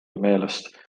meelest